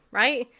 right